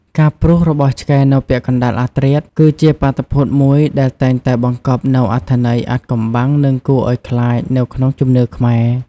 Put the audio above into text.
ការព្រុសរបស់ឆ្កែនៅពាក់កណ្តាលអធ្រាត្រ គឺជាបាតុភូតមួយដែលតែងតែបង្កប់នូវអត្ថន័យអាថ៌កំបាំងនិងគួរឱ្យខ្លាចនៅក្នុងជំនឿខ្មែរ។